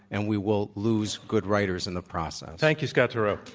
and we will lose good writers in the process. thank you. scott turow.